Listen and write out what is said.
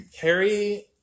Harry